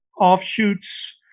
offshoots